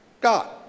God